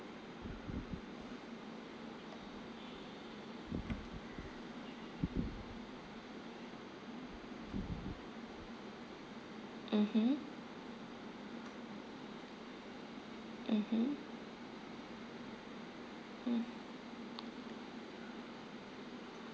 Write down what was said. mmhmm mmhmm mm